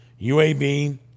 UAB –